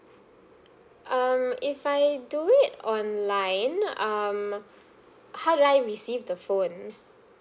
um if I do it online um how do I receive the phone